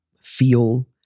feel